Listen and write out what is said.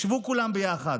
ישבו כולם ביחד,